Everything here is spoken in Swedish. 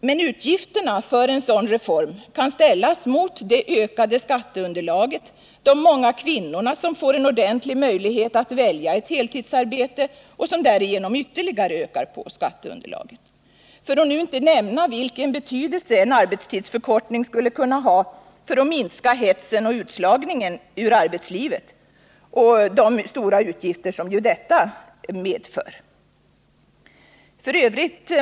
Men utgifterna för en sådan reform kan ställas mot det ökade skatteunderlaget och de många kvinnor som får en ordentlig möjlighet att välja ett heltidsarbete och som därigenom ytterligare ökar på skatteunderlaget, för att nu inte nämna vilken betydelse en arbetstidsförkortning skulle kunna ha för att minska hetsen i och utslagningen ur arbetslivet och de stora utgifter detta för med sig.